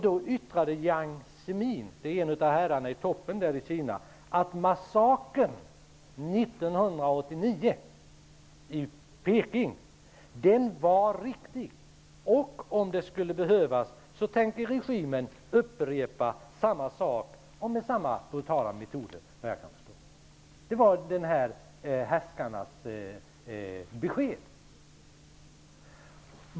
Då yttrade Jiang Zemin, en av herrarna i toppen i Kina, att massakern i Peking 1989 var riktig och att regimen, om det skulle behövas, tänker upprepa samma sak med samma brutala metoder. Det var härskarnas besked.